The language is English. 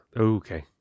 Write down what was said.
Okay